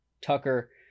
Tucker